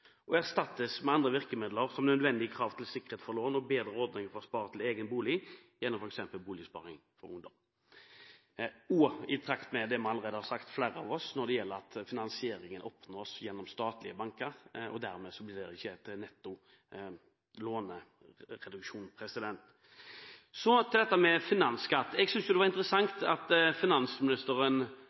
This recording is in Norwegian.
og erstattes med andre virkemidler som nødvendige krav til sikkerhet for lån og bedre ordninger for å spare til egen bolig gjennom Boligsparing for ungdom» – og i pakt med det vi allerede har sagt, flere av oss, når det gjelder at finansieringen oppnås gjennom statlige banker, og dermed blir det ikke etter netto lånereduksjon. Så til dette med finansskatt. Jeg synes det var interessant at finansministeren